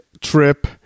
trip